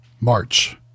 March